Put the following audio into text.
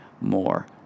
more